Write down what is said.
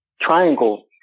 triangle